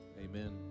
Amen